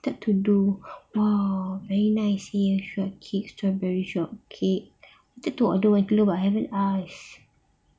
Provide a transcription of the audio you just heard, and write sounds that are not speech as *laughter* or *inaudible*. that to do !wow! very nice ya strawberry shortcake wanted to order but I haven't ask *noise*